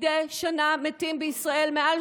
מדי שנה מתים בישראל מעל